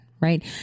right